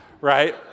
right